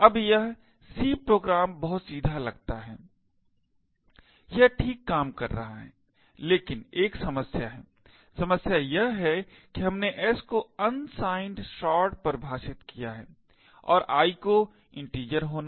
अब यह C program बहुत सीधा लगता है यह ठीक काम कर रहा है लेकिन एक समस्या है समस्या यह है कि हमने s को unsigned short परिभाषित किया है और i को integer होना